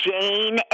Jane